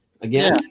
Again